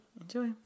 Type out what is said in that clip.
enjoy